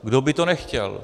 Kdo by to nechtěl?